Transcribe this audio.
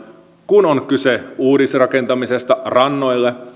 kun on kyse uudisrakentamisesta rannoille